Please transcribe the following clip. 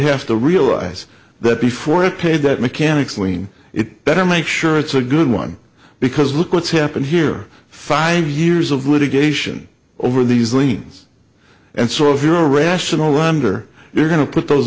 have to realize that before it paid that mechanic's lien it better make sure it's a good one because look what's happened here five years of litigation over these liens and so if you're a rational wonder you're going to put those